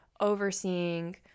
overseeing